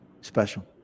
special